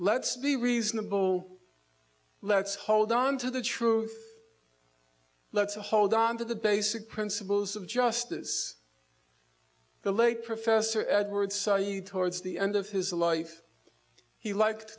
let's be reasonable let's hold onto the truth let's hold on to the basic principles of justice the late professor edward so you towards the end of his life he like